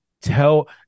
tell